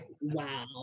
Wow